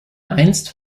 einst